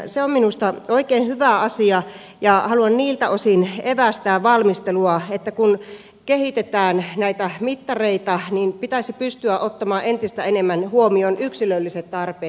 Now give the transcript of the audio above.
se on minusta oikein hyvä asia ja haluan niiltä osin evästää valmistelua että kun kehitetään näitä mittareita niin pitäisi pystyä ottamaan entistä enemmän huomioon yksilölliset tarpeet